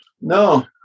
no